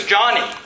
Johnny